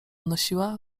nosiła